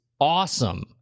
awesome